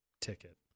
Ticket